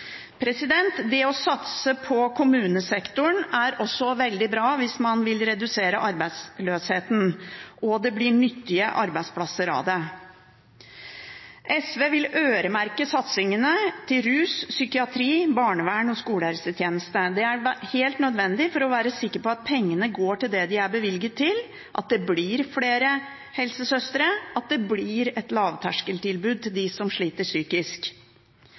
Det å satse på kommunesektoren er også veldig bra hvis man vil redusere arbeidsløsheten, og det blir nyttige arbeidsplasser av det. SV vil øremerke satsingene til rus, psykiatri, barnevern og skolehelsetjeneste. Det er helt nødvendig for å være sikker på at pengene går til det de er bevilget til: at det blir flere helsesøstre, at det blir et lavterskeltilbud til dem som sliter psykisk.